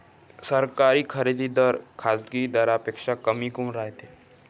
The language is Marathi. सरकारी खरेदी दर खाजगी दरापेक्षा कमी काऊन रायते?